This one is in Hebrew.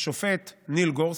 השופט ניל גורסץ',